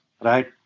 right